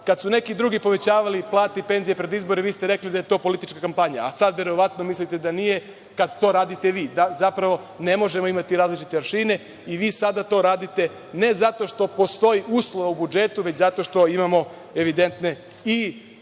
Kada su neki drugi povećavali plate i penzije pred izbore vi ste rekli da je to politička kampanja, a sada verovatno mislite da nije kada to radite vi. Zapravo, ne možemo imati različite aršine i vi sada to radite ne zato što postoji uslova u budžetu, već zato što imamo evidentne i